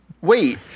wait